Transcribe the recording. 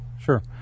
sure